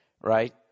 right